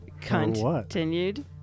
Continued